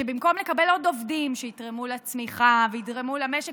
שבמקום לקבל עוד עובדים שיתרמו לצמיחה ויתרמו למשק